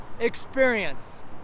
experience